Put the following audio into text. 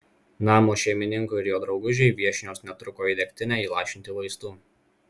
namo šeimininkui ir jo draugužiui viešnios netruko į degtinę įlašinti vaistų